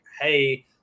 hey